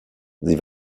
sie